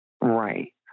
Right